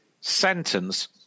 sentence